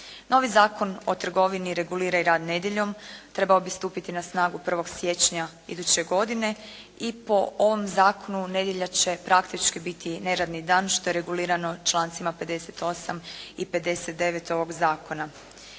Novi Zakon o trgovini regulira i rad nedjeljom, trebao bi stupiti na snagu 1. siječnja iduće godine, i po ovom zakonu nedjelja će praktički biti neradni dan što je regulirano člancima 58. i 59. ovog zakona.